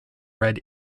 red